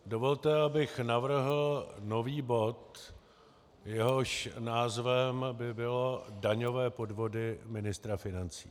Dovolte, abych navrhl nový bod, jehož název by byl daňové podvody ministra financí.